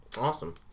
Awesome